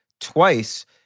twice